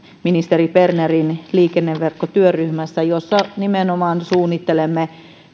ministeri bernerin liikkenneverkkotyöryhmässä jossa nimenomaan suunnittelemme